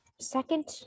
second